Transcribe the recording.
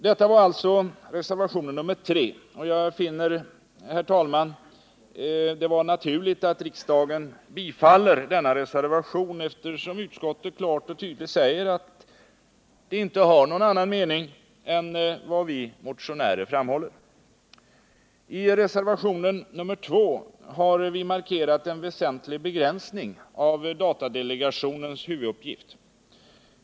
Detta var alltså innehållet i reservationen 3, och jag finner, herr talman, det vara naturligt att riksdagen bifaller denna reservation, eftersom utskottet klart och tydligt säger att det inte har någon annan mening än vad vi motionärer framhåller. I reservationen 2 har vi markerat en väsentlig begränsning av datadelegationens huvuduppgift.